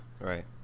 right